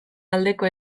aldeko